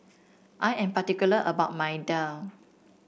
I am particular about my daal